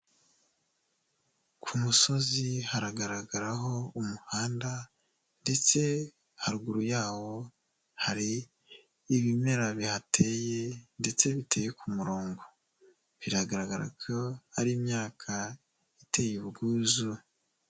Ku musozi haragaragaraho umuhanda ndetse haruguru yawo hari ibimera bihateye ndetse biteye ku murongo. Biragaragara ko ari imyaka iteye ubwuzu.